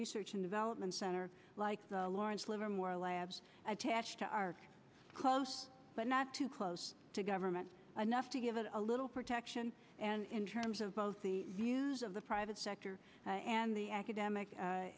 research and development center like the lawrence livermore labs attached to are close but not too close to government anough to give it a little protection and in terms of both the use of the private sector and the academic